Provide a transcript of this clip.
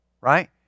Right